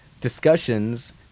discussions